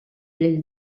lil